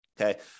okay